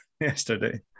yesterday